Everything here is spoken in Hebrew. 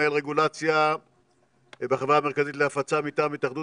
מנהל רגולציה בחברה המרכזית להפצה מטעם התאחדות